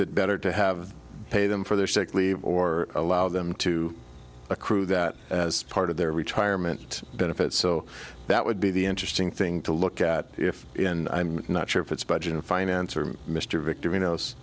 it better to have to pay them for their sick leave or allow them to accrue that as part of their retirement benefits so that would be the interesting thing to look at if i'm not sure if it's budget and finance or mr victory knows